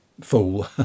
fool